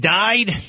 died